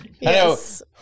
Yes